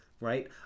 Right